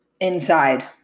inside